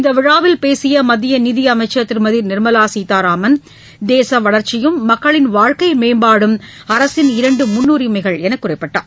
இந்த விழாவில் பேசிய மத்திய நிதியமைச்சர் திருமதி நிர்மலா சீதாராமன் தேச வளர்ச்சியும் மக்களின் வாழ்க்கை மேம்பாடும் அரசின் இரண்டு முன்னுரிமைகள் என்று கூறினார்